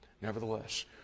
Nevertheless